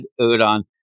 udon